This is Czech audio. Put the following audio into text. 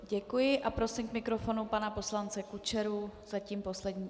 Děkuji a prosím k mikrofonu pana poslance Kučeru, zatím poslední...